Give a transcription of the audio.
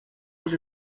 was